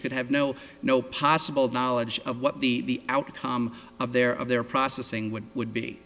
e could have no no possible knowledge of what the outcome of their of their processing would would be